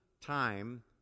time